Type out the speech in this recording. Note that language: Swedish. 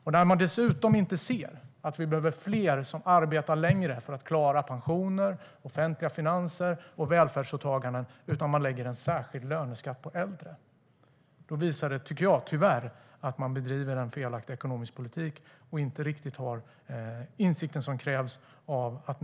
När man till råga på allt inte ser att vi behöver fler som arbetar längre för att klara pensioner, offentliga finanser och välfärdsåtaganden utan lägger en särskild löneskatt på äldre visar det att man tyvärr bedriver en felaktig ekonomisk politik och inte riktigt har de insikter som krävs.